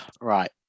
Right